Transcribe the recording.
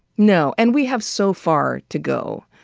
no. and we have so far to go.